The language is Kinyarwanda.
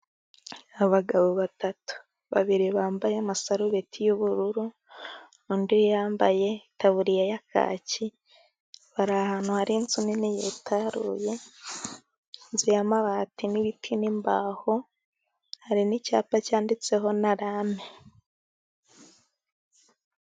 Abagabo batatu, babiri bambaye amasarubeti y'ubururu, undi yambaye itaburiya ya kaki, bari ahantu hari inzu nini yitaruye, inzu y'amabati n'ibiti n'imbaho, hari n'icyapa cyanditseho na rame.